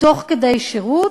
תוך כדי שירות,